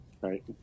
Right